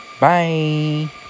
bye